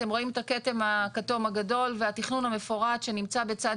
אתם רואים את הכתם הכתום הגדול והתכנון המפורט שנמצא מצד